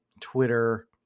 Twitter